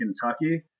Kentucky